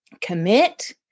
Commit